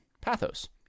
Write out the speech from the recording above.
pathos